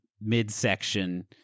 midsection